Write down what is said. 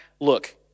look